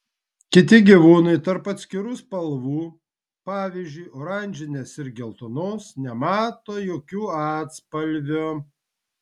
kiti gyvūnai tarp atskirų spalvų pavyzdžiui oranžinės ir geltonos nemato jokių atspalvių